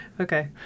Okay